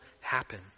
happen